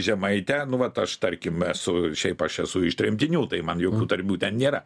žemaitė nu vat aš tarkim esu šiaip aš esu iš tremtinių tai man jokių termių ten nėra